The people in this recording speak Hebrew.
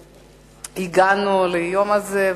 הגענו ליום הזה,